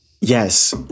Yes